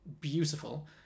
beautiful